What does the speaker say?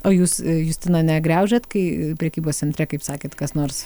o jūs justina negriaužiat kai prekybos centre kaip sakėt kas nors